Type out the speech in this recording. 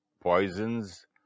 poisons